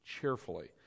cheerfully